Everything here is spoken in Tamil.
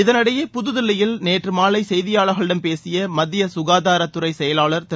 இதனிடையே புதுதில்லியில் நேற்று மாலை செய்தியாளர்களிடம் பேசிய மத்திய சுகாதாரத் துறைச் செயலாளர் திரு